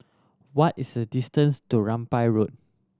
what is the distance to Rambai Road